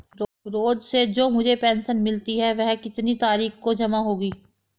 रोज़ से जो मुझे पेंशन मिलती है वह कितनी तारीख को जमा होगी?